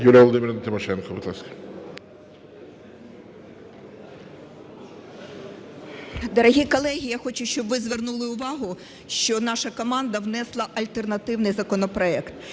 Юлія Володимирівна Тимошенко, будь ласка. 11:49:05 ТИМОШЕНКО Ю.В. Дорогі колеги, я хочу, щоб ви звернули увагу, що наша команда внесла альтернативний законопроект.